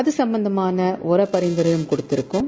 அது சம்பந்தமான உர பரிந்துரையை கொடுத்திருக்கோம்